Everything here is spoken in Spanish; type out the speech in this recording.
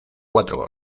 cuatro